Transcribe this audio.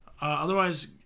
otherwise